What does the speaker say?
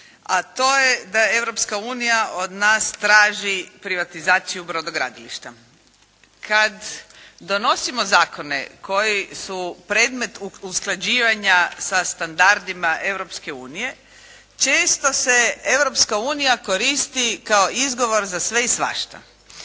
Unija od nas traži privatizaciju brodogradilišta. Kad donosimo zakone koji su predmet usklađivanja sa standardima Europske unije često se Europska Unija koristi kao izgovor za sve i svašta.